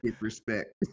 respect